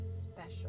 special